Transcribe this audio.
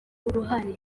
uruhare